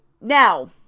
Now